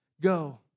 go